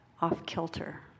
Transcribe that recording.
off-kilter